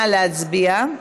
נא להצביע.